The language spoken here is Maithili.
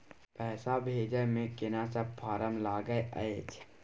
पैसा भेजै मे केना सब फारम लागय अएछ?